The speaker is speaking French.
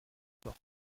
porte